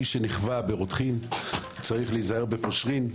מי שנכווה ברותחין צריך להיזהר בפושרין.